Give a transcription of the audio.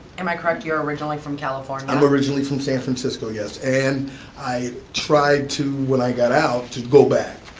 am i correct, you're originally from california? i'm originally from san francisco, yes. and i tried to, when i got out, to go back.